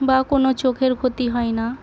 বা কোনো চোখের ক্ষতি হয় না